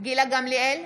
גילה גמליאל,